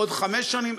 עוד חמש שנים,